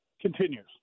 continues